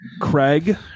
Craig